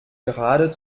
gerade